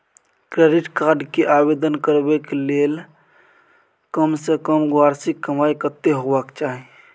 Credit card के आवेदन करबैक के लेल कम से कम वार्षिक कमाई कत्ते होबाक चाही?